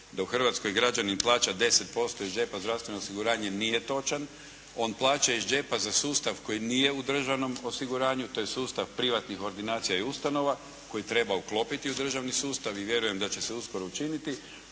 da u Hrvatskoj građanin plaća 10% iz džepa zdravstveno osiguranje, nije točan. On plaća iz džepa za sustav koji nije u državnom osiguranju, to je sustav privatnih ordinacija i ustanova koji treba uklopiti u državni sustav i vjerujem da će se uskoro učiniti,